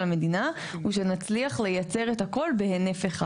המדינה הוא שנצליח לייצר את הכול בהינף אחד.